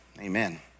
amen